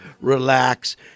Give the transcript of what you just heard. relax